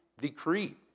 decree